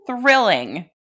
thrilling